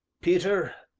peter,